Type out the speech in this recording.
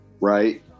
right